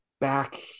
back